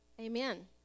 Amen